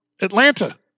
Atlanta